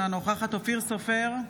אינה נוכחת אופיר סופר,